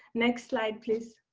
next slide, please.